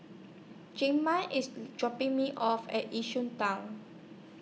Jamaal IS dropping Me off At Yishun Town